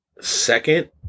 second